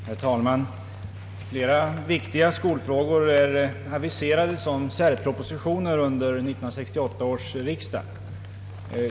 Herr talman! Flera viktiga skolfrågor är aviserade som särpropositioner under 1968 års riksdag.